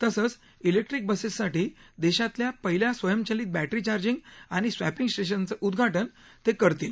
तसंच इलेक्ट्रिक बसेससाठी देशातल्या पहिल्या स्वयंचलित बॅटरी चार्जिंग आणि स्वॅपिंग स्टेशनचं उदघाटन ते करतील